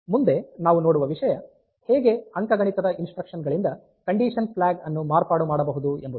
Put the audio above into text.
ಮುಂದೆ ನಾವು ನೋಡುವ ವಿಷಯ ಹೇಗೆ ಅಂಕಗಣಿತದ ಇನ್ಸ್ಟ್ರಕ್ಷನ್ಗಳಿಂದ ಕಂಡೀಶನ್ ಫ್ಲಾಗ್ ಅನ್ನು ಮಾರ್ಪಾಡು ಮಾಡಬಹುದು ಎಂಬುದು